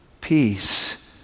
peace